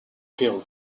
pérou